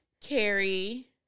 Carrie